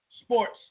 sports